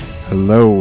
Hello